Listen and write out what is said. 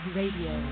radio